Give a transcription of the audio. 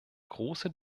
große